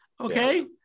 okay